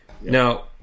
now